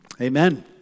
Amen